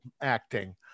acting